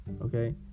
okay